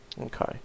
Okay